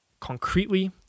Concretely